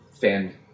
fan